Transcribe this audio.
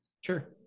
sure